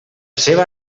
seva